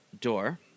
door